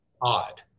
odd